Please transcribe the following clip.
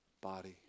body